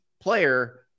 player